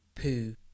poo